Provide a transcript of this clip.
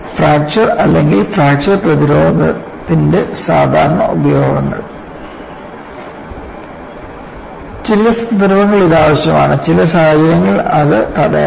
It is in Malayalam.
ഫ്രാക്ചർ അല്ലെങ്കിൽ ഫ്രാക്ചർ പ്രതിരോധത്തിൻറെ സാധാരണ ഉപയോഗങ്ങൾ ചില സന്ദർഭങ്ങളിൽ ഇത് ആവശ്യമാണ് ചില സാഹചര്യങ്ങളിൽ ഇത് തടയണം